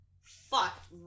Fuck